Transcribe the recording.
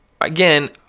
again